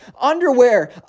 underwear